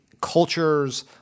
cultures